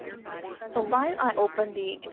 so while i open the